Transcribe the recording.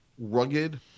rugged